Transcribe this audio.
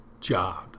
job